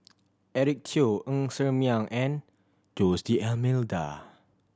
Eric Teo Ng Ser Miang and Jose D'Almeida